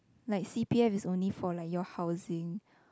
like C_P_F is only for like your housing